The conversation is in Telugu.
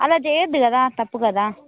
అలా చేయదు కదా తప్పు కదా